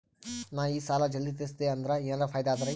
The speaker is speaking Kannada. ನಾ ಈ ಸಾಲಾ ಜಲ್ದಿ ತಿರಸ್ದೆ ಅಂದ್ರ ಎನರ ಫಾಯಿದಾ ಅದರಿ?